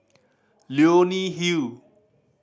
Leonie Hill